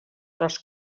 les